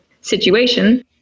situation